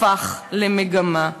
הפך למגמה.